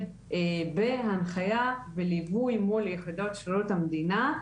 בהנחייה וליווי מול יחידות שירות המדינה,